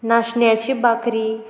नाशण्याची भाकरी